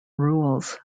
rules